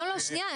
לא לא, שנייה.